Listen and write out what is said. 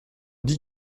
dit